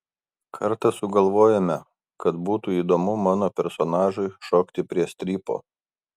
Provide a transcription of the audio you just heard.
kartą sugalvojome kad būtų įdomu mano personažui šokti prie strypo